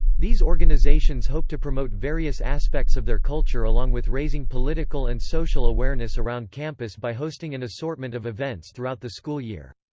these organizations hope to promote various aspects of their culture along with raising political and social awareness around campus by hosting an assortment of events throughout the school year.